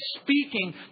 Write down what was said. speaking